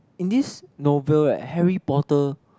in this novel leh Harry-Potter